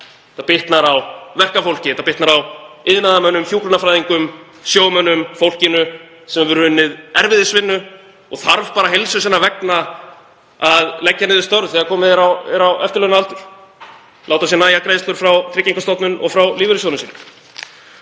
Þetta bitnar á verkafólki. Þetta bitnar á iðnaðarmönnum, hjúkrunarfræðingum, sjómönnum, fólkinu sem hefur unnið erfiðisvinnu og þarf heilsu sinnar vegna að leggja niður störf þegar komið er á eftirlaunaaldur, láta sér nægja greiðslur frá Tryggingastofnun og frá lífeyrissjóðnum sínum.